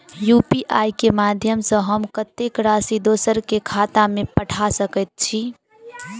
UPI केँ माध्यम सँ हम कत्तेक राशि दोसर केँ खाता मे पठा सकैत छी?